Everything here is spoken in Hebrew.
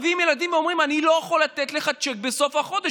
מביאים את הילדים ואומרים: אני לא יכול לתת לך צ'ק בסוף החודש,